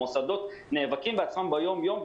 המוסדות נאבקים בעצמם ביומיום,